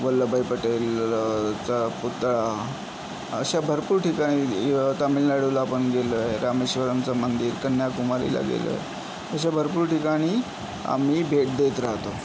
वल्लभभाई पटेल चा पुतळा अशा भरपूर ठिकाणी तमिळनाडूला पण गेलो आहे रामेश्वरमचं मंदिर कन्याकुमारीला गेलो आहे अशा भरपूर ठिकाणी आम्ही भेट देत राहतो